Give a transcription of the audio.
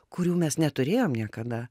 kurių mes neturėjom niekada